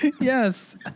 Yes